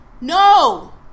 No